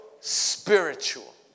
spiritual